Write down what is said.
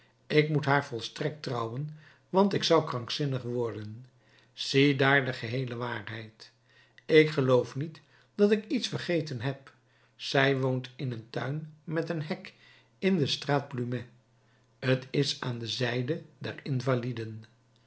ik moet haar volstrekt trouwen want ik zou krankzinnig worden ziedaar de geheele waarheid ik geloof niet dat ik iets vergeten heb zij woont in een tuin met een hek in de straat plumet t is aan de zijde der invaliden